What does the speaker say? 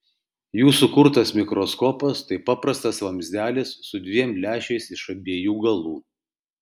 jų sukurtas mikroskopas tai paprastas vamzdelis su dviem lęšiais iš abiejų galų